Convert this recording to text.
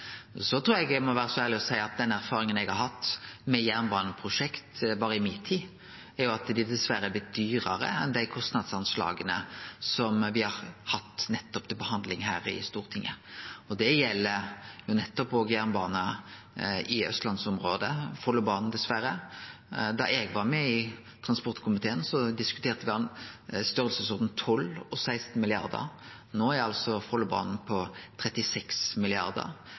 Så trur eg at eg må vere ærleg og seie at den erfaringa eg har hatt med jernbaneprosjekt berre i mi tid, er at dei dessverre har blitt dyrare enn dei kostnadsanslaga me har hatt til behandling her i Stortinget, og det gjeld òg jernbane i Austlands-området, f.eks. Follobanen, dessverre. Da eg var med i transportkomiteen, diskuterte me ein storleiksorden mellom 12 mrd. og 16 mrd. kr. No er Follobanen på 36